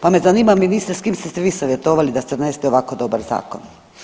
Pa me zanima, ministre, s kim ste se vi savjetovali da ste donesli ovako dobar zakon?